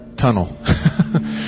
tunnel